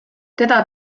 teda